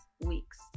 weeks